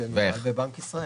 בבנק ישראל.